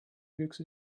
büchse